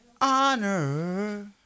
honor